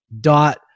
dot